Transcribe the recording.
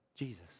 Jesus